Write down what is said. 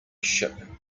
ship